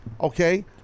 Okay